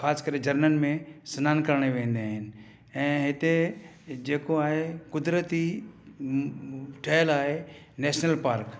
ख़ासि करे झरननि में सनानु करण ई वेंदा आहिनि ऐं हिते जेको आहे क़ुदिरती ठहियलु आहे नेशनल पार्क